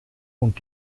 und